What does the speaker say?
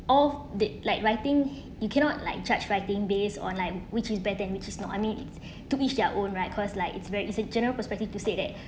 of the like writing you cannot like judge writing based on like which is better and which is not I mean it's to each their own right cause like it's very it's a general perspective to say that